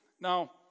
Now